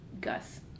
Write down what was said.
Gus